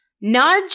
nudge